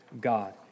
God